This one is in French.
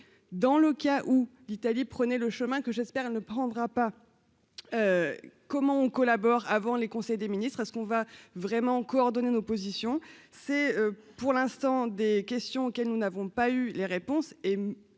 dans le cas où l'Italie prenait le chemin que j'espère, ne prendra pas comment on collabore avant les conseils des ministres à ce qu'on va vraiment coordonner nos positions, c'est pour l'instant des questions auxquelles nous n'avons pas eu les réponses